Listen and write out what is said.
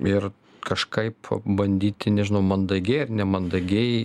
ir kažkaip bandyti nežinau mandagiai ar nemandagiai